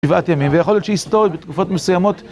שבעת ימים, ויכול להיות שהיסטורית, בתקופות מסוימות...